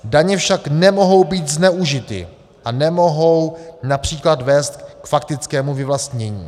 Daně však nemohou být zneužity a nemohou například vést k faktickému vyvlastnění.